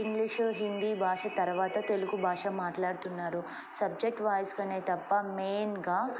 English Hindi భాష తర్వాత తెలుగు భాష మాట్లాడుతున్నారు సబ్జెక్ట్ వైస్గానే తప్ప మెయిన్గా